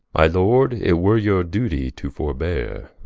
my lord, it were your dutie to forbeare